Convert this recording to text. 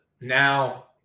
now